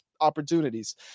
opportunities